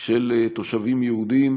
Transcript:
של תושבים יהודים,